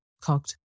cocked